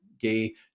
gay